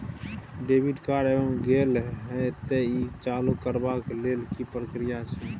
Debit card ऐब गेल हैं त ई चालू करबा के लेल की प्रक्रिया छै?